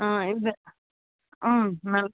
ஆ இந்த ஆ நல்